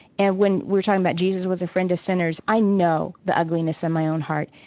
and when we're talking about jesus was a friend to sinners, i know the ugliness in my own heart.